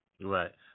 Right